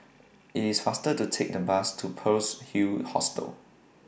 IT IS faster to Take The Bus to Pearl's Hill Hostel